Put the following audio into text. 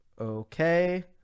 Okay